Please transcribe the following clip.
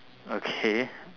okay